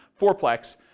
fourplex